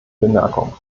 bemerkung